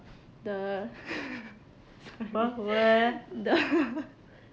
the the